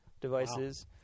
devices